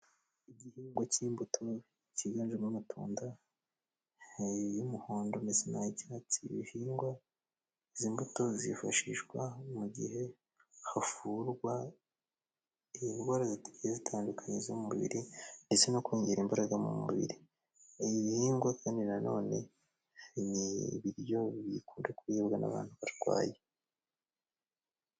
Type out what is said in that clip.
Igihingwa c'imbuto ciganjemo amatunda y'umuhondo ndetse n'ay'icyatsi bihingwa. Izi mbuto zifashishwa mu gihe havurwa indwara zigiye zitandukanye z'umubiri, ndetse no kongera imbaraga mu mubiri. Ibi bihingwa kandi na none ni ibiryo bikunda kuribwa n'abantu barwaye.